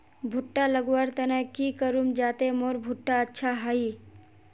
भुट्टा लगवार तने की करूम जाते मोर भुट्टा अच्छा हाई?